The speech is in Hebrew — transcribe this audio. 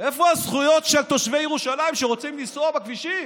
איפה הזכויות של תושבי ירושלים שרוצים לנסוע בכבישים?